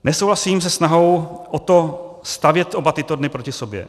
Nesouhlasím se snahou o to stavět oba tyto dny proti sobě.